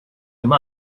him